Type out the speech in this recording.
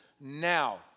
now